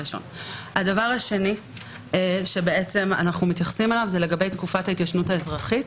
הדבר השני שאנחנו מתייחסים אליו הוא לגבי תקופת ההתיישנות האזרחית